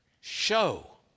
show